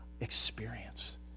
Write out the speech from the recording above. experience